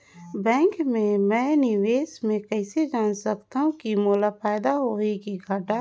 Bank मे मैं निवेश मे कइसे जान सकथव कि मोला फायदा होही कि घाटा?